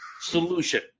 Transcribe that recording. solution